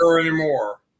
anymore